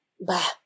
bah